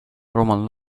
roman